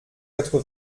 quatre